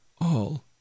all